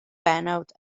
bennawd